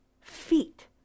feet